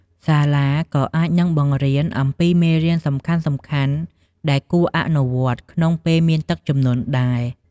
សាលាក៏អាចនឹងបង្រៀនអំពីមេរៀនសំខាន់ៗដែលគួរអនុវត្តក្នុងពេលមានទឹកជំនន់ដែរ។